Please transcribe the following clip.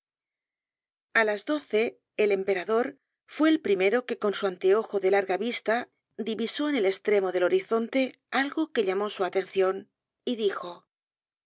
a las doce el emperador fue el primero que con su anteojo de larga vista divisó en el estremo del horizonte algo que llamó su atencion y dijo